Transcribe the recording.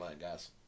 guys